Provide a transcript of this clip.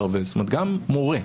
כמו מורה,